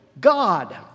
God